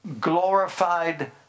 glorified